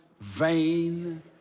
vain